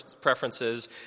preferences